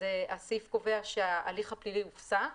הסעיף קובע שההליך הפלילי הופסק